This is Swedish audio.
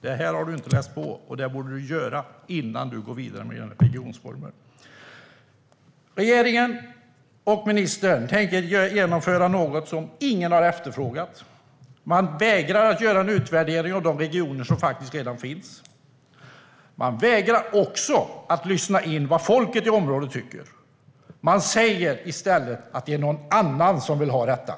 Det här har du inte läst på, och det borde du göra innan du går vidare med regionreformen. Regeringen och ministern tänker genomföra något som ingen har efterfrågat, och man vägrar att göra en utvärdering av de regioner som faktiskt redan finns. Man vägrar också att lyssna in vad folket i området tycker. Man säger i stället att det är någon annan som vill ha detta.